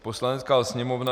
Poslanecká sněmovna